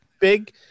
big